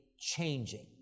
changing